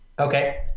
Okay